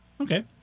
Okay